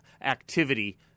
activity